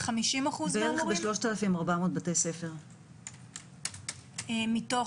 בכ-3,400 בתי ספר מתוך